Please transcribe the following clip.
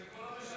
זה כבר לא משנה.